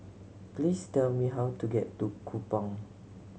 please tell me how to get to Kupang